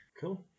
cool